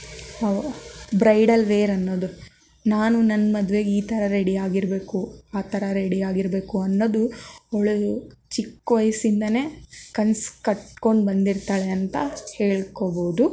how bridal wear ಅನ್ನೋದು ನಾನು ನನ್ನ ಮದುವೆಗೆ ಈ ಥರ ರೆಡಿಯಾಗಿರಬೇಕು ಆ ಥರ ರೆಡಿಯಾಗಿರಬೇಕು ಅನ್ನೋದು ಅವಳು ಚಿಕ್ಕವಯ್ಸಿಂದಾನೆ ಕನಸು ಕಟ್ಕೊಂಡು ಬಂದಿರ್ತಾಳೆ ಅಂತ ಹೇಳ್ಕೊಬೋದು